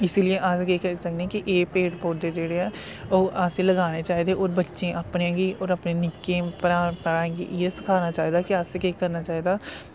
इसी लिए अस केह् करी सकने कि एह् पेड़ पौधे जेह्ड़े ऐ ओह् असें लगाने चाहिदे और बच्चें अपने गी और अपने निक्कें भ्रा भ्राएं गी इयै सखाना चाहिदा कि असैं केह् करना चाहिदा